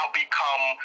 become